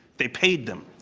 they paid them.